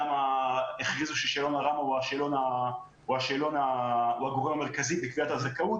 למה הכריזו ששאלון הראמ"ה הוא הגורם המרכזי בקביעת הזכאות?